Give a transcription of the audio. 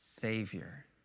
Savior